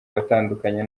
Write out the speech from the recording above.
watandukanye